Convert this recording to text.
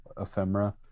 ephemera